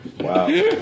Wow